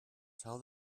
tell